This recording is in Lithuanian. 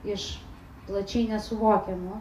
iš plačiai nesuvokiamų